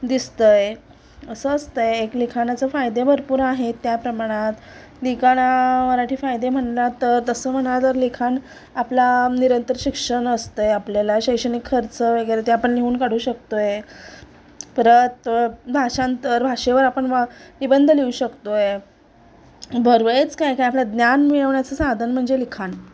दिसत आहे असं असत आहे एक लिखाणाचं फायदे भरपूर आहेत त्या प्रमाणात लिखाणा मराठी फायदे म्हटला तर तसं म्हणा तर लिखाण आपला निरंतर शिक्षण असत आहे आपल्याला शैक्षनिक खर्च वगैरे ते आपण लिहून काढू शकतो परत भाषांतर भाषेवर आपण वा निबंध लिहू शकतो भरवेच काय काय आपलं ज्ञान मिळवण्याचं साधन म्हणजे लिखाण